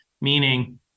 meaning